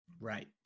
Right